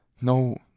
No